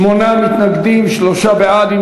שמונה מתנגדים, שלושה בעד.